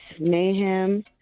mayhem